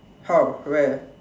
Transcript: how where